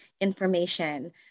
information